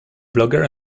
blogger